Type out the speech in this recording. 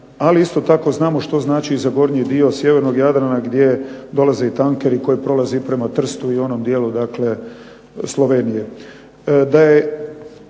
ali isto tako znamo što znači za gornji dio sjevernog Jadrana gdje dolaze tankeri koji prolazi prema Trstu i dijelu Slovenije.